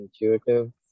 intuitive